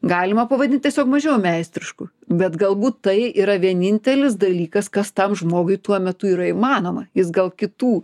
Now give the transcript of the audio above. galima pavadint tiesiog mažiau meistrišku bet galbūt tai yra vienintelis dalykas kas tam žmogui tuo metu yra įmanoma jis gal kitų